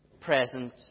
present